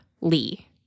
Lee